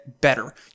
better